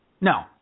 No